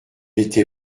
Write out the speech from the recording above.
était